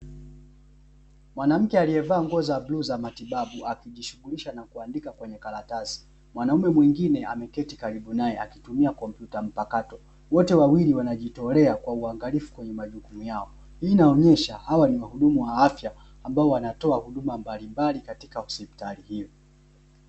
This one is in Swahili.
Mwanamke aliyevaa nguo za bluu za matibabu, akijishughulisha na kuandika kwenye karatasi. Mwanaume mwingine ameketi karibu naye, akitumia kompyuta mpakato. Wote wawili wanajitolea kwa uangalifu kwenye majukumu yao. Hii inaonyesha hawa ni wahudumu wa afya ambao wanatoa huduma mbalimbali katika hospitali hiyo.